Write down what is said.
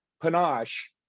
panache